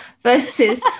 Versus